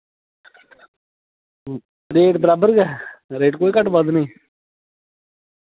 rate बराबर गै rate कोई घट्ट बद्ध नेईं